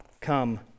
come